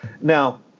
Now